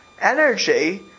energy